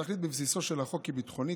התכלית בבסיסו של החוק היא ביטחונית,